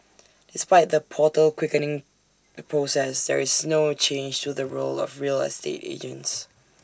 despite the portal quickening the process there is no change to the role of real estate agents